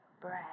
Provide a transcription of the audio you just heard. bread